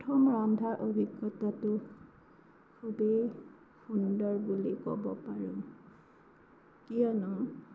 প্ৰথম ৰন্ধাৰ অভিজ্ঞতাটো খুবেই সুন্দৰ বুলি ক'ব পাৰি কিয়নো